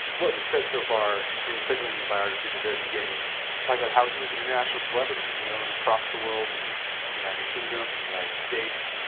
but you've said so far and especially in your biography at the very beginning and talked about how he was an international celebrity. he was known across the world, in united kingdom, the united states,